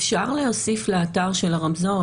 אפשר להוסיף לאתר רמזור,